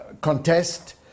contest